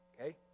Okay